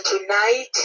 tonight